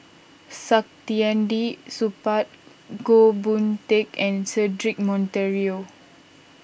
Saktiandi Supaat Goh Boon Teck and Cedric Monteiro